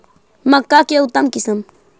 मक्का के उतम किस्म?